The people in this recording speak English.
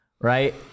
right